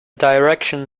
direction